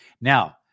Now